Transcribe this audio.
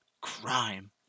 crime